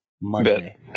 Monday